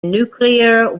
nuclear